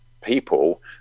people